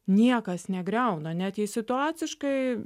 niekas negriauna net jei situaciškai